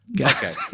Okay